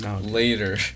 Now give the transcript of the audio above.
later